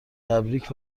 تبریک